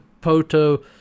Poto